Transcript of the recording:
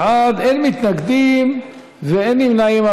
12 בעד, אין מתנגדים ואין נמנעים.